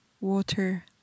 water